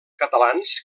catalans